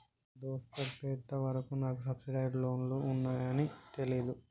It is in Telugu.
మా దోస్త్ సెప్పెంత వరకు నాకు సబ్సిడైజ్ లోన్లు ఉంటాయాన్ని తెలీదు